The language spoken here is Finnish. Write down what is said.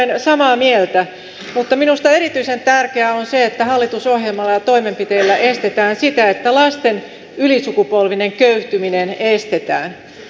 olen samaa mieltä mutta minusta erityisen tärkeää on se että hallitusohjelmalla ja toimenpiteillä estetään lasten ylisukupolvista köyhtymistä